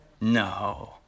No